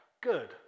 good